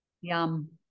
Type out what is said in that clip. Yum